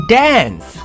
dance